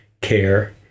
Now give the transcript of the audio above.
care